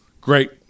Great